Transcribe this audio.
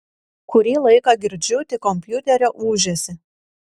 kurį laiką girdžiu tik kompiuterio ūžesį